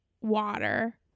water